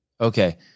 Okay